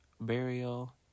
Burial